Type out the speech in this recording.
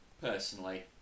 personally